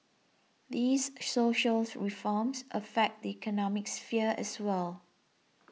these social reforms affect the economic sphere as well